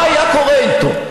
מה היה קורה איתו?